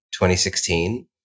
2016